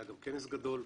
היה גם כנס גדול.